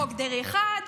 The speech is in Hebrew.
חוק דרעי 1,